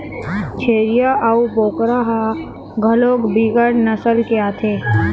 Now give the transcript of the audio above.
छेरीय अऊ बोकरा ह घलोक बिकट नसल के आथे